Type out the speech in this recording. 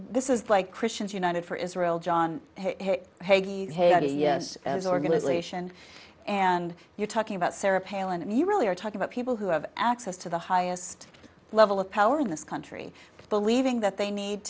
this is like christians united for israel john hay ideas of organization and you're talking about sarah palin and you really are talking about people who have access to the highest level of power in this country believing that they need